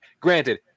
Granted